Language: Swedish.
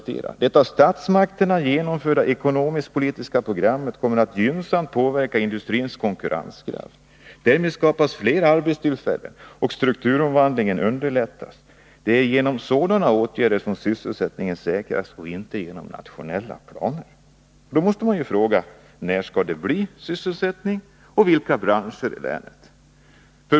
Det lyder: ”Det av statsmakterna genomförda ekonomisk-politiska programmet kommer att gynnsamt påverka industrins konkurrenskraft. Därmed skapas fler arbetstillfällen och strukturomvandlingen underlättas. Det är genom sådana åtgärder som sysselsättningen säkras och inte genom nationella planer.” Då måste man fråga: När skall det bli sysselsättning och inom vilka branscher i länet?